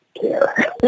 care